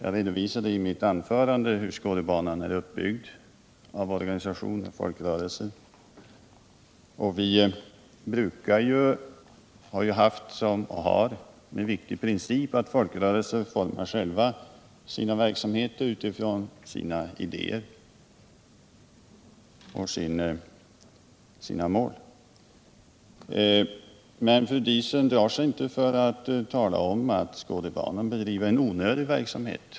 I mitt anlörande talade jag om hur Skådebanan är uppbyggd, av olika organisationer och folkrörelser. Vi har ju haft, och har, den viktiga principen att folkrörelserna själva får bestämma sin verksamhet på grundval av sina idéer och mål. Fru Diesen drar sig emellertid inte för att tala om att Skådebanan bedriver en onödig verksamhet.